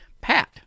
Pat